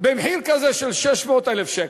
במחיר של 600,000 שקל.